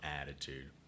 attitude